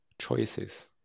choices